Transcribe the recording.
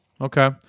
Okay